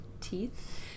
teeth